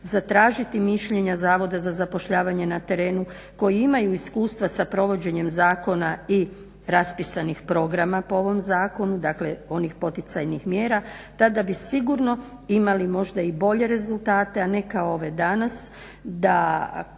zatražiti mišljenja Zavoda za zapošljavanje na terenu koji imaju iskustva sa provođenjem zakona i raspisanih programa po ovom zakonu, dakle onih poticajnih mjera, i tada bi sigurno imali možda i bolje rezultate a ne kao ove danas da